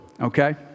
okay